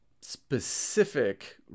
specific